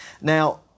Now